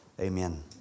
Amen